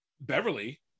Beverly